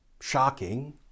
Shocking